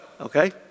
Okay